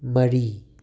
ꯃꯔꯤ